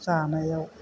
जानायाव